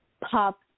pop